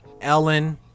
Ellen